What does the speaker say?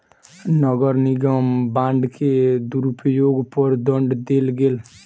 नगर निगम बांड के दुरूपयोग पर दंड देल गेल